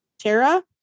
Tara